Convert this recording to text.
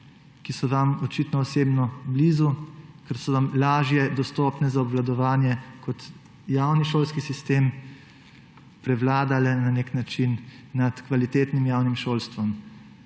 ki so vam očitno osebno blizu, ker so vam lažje dostopne za obvladovanje kot javni šolski sistem, prevladale na nek način nad kvalitetnim javnim šolstvom.